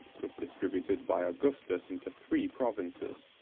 was distributed by augustus into three provinces,